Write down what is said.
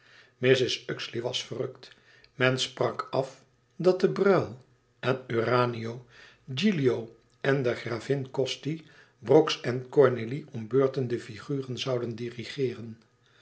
mrs uxeley was verrukt men sprak af dat de breuil en urania gilio en de gravin costi brox en cornélie om beurten de figuren zouden dirigeeren